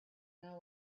know